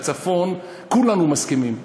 על הצפון כולנו מסכימים.